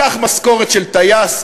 קח משכורת של טייס,